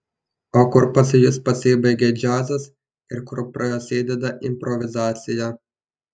o kur pas jus pasibaigia džiazas ir kur prasideda improvizacija